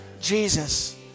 Jesus